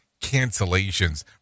cancellations